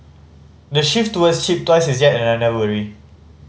the shift toward cheap toys is yet another worry